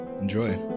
Enjoy